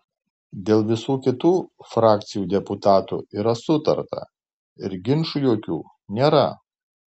dėl visų kitų frakcijų deputatų yra sutarta ir ginčų jokių nėra